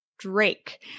drake